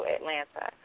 Atlanta